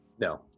No